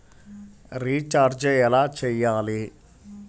Recharge ఎలా చెయ్యాలి?